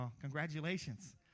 congratulations